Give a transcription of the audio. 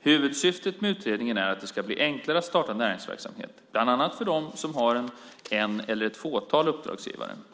Huvudsyftet med utredningen är att det ska bli enklare att starta näringsverksamhet, bland annat för dem som har en eller ett fåtal uppdragsgivare.